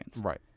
Right